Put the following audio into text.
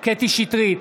קטי קטרין שטרית,